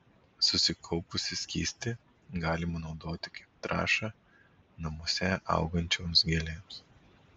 susikaupusį skystį galima naudoti kaip trąšą namuose augančioms gėlėms